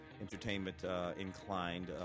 entertainment-inclined